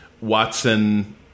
Watson